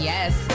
Yes